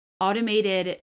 automated